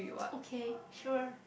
okay sure